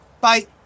Bye